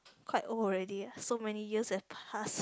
quite old already ah so many years have passed